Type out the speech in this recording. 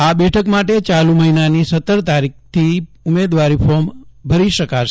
આ બેઠક માટે ચાલુ મહિનાની સતર તારીખથી ઉમેદવારી ફોર્મ ભરી શકશે